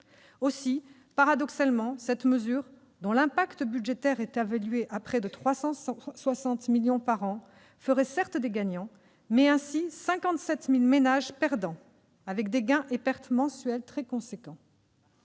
Ainsi, paradoxalement, cette mesure, dont l'impact budgétaire est évalué à près de 360 millions d'euros par an, ferait certes des gagnants, mais aussi 57 000 ménages perdants, avec des gains et pertes mensuelles très importants.